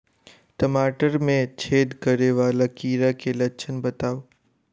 टमाटर मे छेद करै वला कीड़ा केँ लक्षण बताउ?